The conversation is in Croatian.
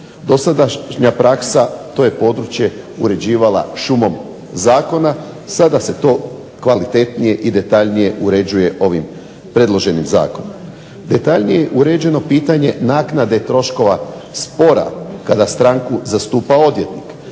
Dosadašnja praksa to je područje uređivala šumom zakona, sada se to kvalitetnije i detaljnije uređuje ovim predloženim zakonom. Detaljnije je uređeno pitanje naknade troškova spora kada stranku zastupa odvjetnik.